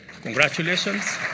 Congratulations